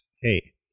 hey